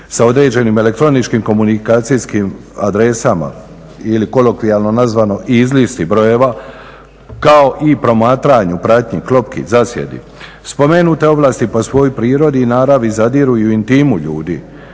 sa određenim elektroničkim komunikacijskim adresama ili kolokvijalno nazvano izlisti brojeva kao i promatranju, pratnji, klopki, zasjedi. Spomenute ovlasti po svojoj prirodi i naravi zadiru i u intimu ljudi,